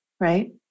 right